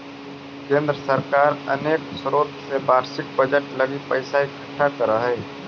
केंद्र सरकार अनेक स्रोत से वार्षिक बजट लगी पैसा इकट्ठा करऽ हई